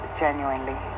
genuinely